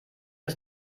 ist